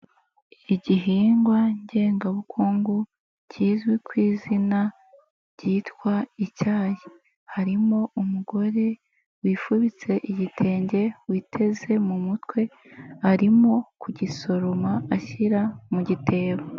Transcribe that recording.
Igihingwa ngengabukungu kizwi ku izina, ryitwa icyayi. Harimo umugore, wifubitse igitenge witeze mu mutwe arimo kugisoroma ashyira mu gitebo.